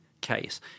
case